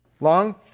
long